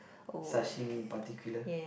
sashimi in particular